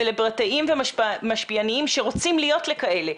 סלבריטאים ומשפיענים שרוצים להיות לכאלה.